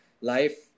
life